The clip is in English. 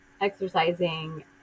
exercising